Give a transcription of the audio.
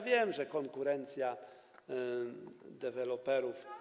Wiem, że konkurencja deweloperów.